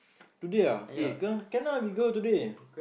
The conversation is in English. today ah eh go can ah we go today